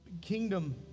Kingdom